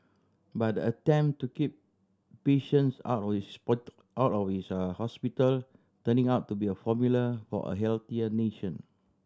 but the attempt to keep patients out of out of is a hospital turning out to be a formula for a healthier nation